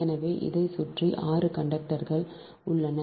எனவே இதைச் சுற்றி 6 கண்டக்டர்கள் உள்ளன